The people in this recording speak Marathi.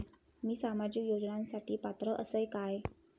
मी सामाजिक योजनांसाठी पात्र असय काय?